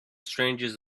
strangest